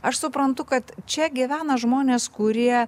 aš suprantu kad čia gyvena žmonės kurie